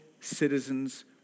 citizens